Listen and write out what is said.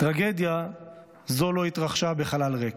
טרגדיה זו לא התרחשה בחלל ריק.